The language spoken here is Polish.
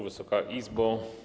Wysoka Izbo!